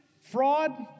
fraud